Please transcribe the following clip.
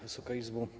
Wysoka Izbo!